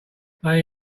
they